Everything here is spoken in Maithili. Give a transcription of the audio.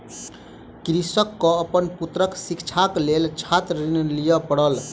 कृषक के अपन पुत्रक शिक्षाक लेल छात्र ऋण लिअ पड़ल